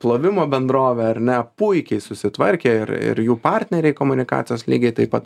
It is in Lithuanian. plovimo bendrovė ar ne puikiai susitvarkė ir ir jų partneriai komunikacijos lygiai taip pat